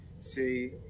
See